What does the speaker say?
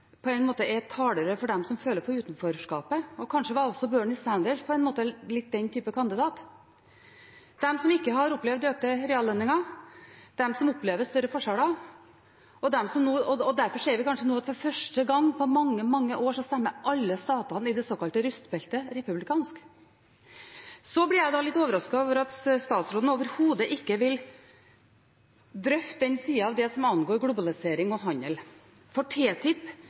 på sett og vis er et talerør for dem som føler på utenforskapet – kanskje var også Bernie Sanders litt den typen kandidat – de som ikke har opplevd økte reallønninger, de som opplever større forskjeller, og derfor ser vi kanskje nå at første gang på mange, mange år stemmer alle statene i det såkalte rustbeltet republikansk. Så ble jeg litt overrasket over at statsråden overhodet ikke vil drøfte den siden av det som angår globalisering og handel, for TTIP